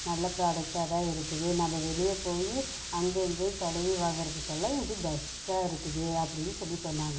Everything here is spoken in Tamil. நல்ல ப்ராடெக்ட்டாக தான் இருக்குது நம்ம வெளியே போய் அங்கேயும் இங்கேயும் தடவி வாங்கிறதுக்கு பதிலாக இது பெஸ்ட்டாக இருக்குது அப்படினு சொல்லி சொன்னாங்க